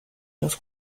los